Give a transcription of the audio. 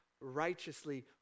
righteously